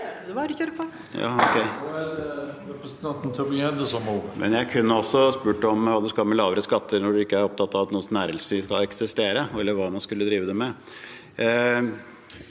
jeg kunne også ha spurt om hva man skal med lavere skatter når man ikke er opptatt av at norsk næringsliv skal eksistere, eller hva man skulle drive det med.